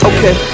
Okay